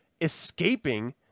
escaping